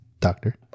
Doctor